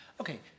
Okay